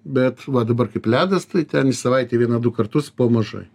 bet va dabar kaip ledas tai ten į savaitę vieną du kartus po mažai